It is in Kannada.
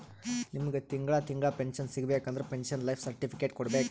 ನಿಮ್ಮಗ್ ತಿಂಗಳಾ ತಿಂಗಳಾ ಪೆನ್ಶನ್ ಸಿಗಬೇಕ ಅಂದುರ್ ಪೆನ್ಶನ್ ಲೈಫ್ ಸರ್ಟಿಫಿಕೇಟ್ ಕೊಡ್ಬೇಕ್